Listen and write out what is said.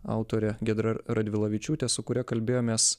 autore giedra radvilavičiūtė su kuria kalbėjomės